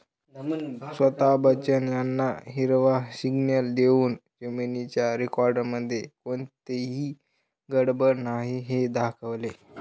स्वता बच्चन यांना हिरवा सिग्नल देऊन जमिनीच्या रेकॉर्डमध्ये कोणतीही गडबड नाही हे दाखवले